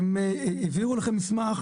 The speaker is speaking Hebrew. הם העבירו לכם מסמך,